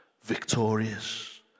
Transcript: victorious